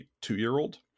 two-year-old